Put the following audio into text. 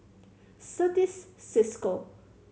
Certis Cisco